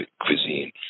cuisine